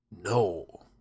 No